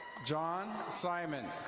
john simon.